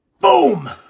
boom